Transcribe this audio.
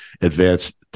advanced